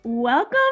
Welcome